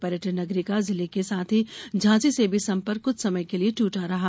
पर्यटन नगरी का जिले के साथ ही झांसी से भी संपर्क कुछ समय के लिए टूटा रहा